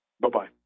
Bye-bye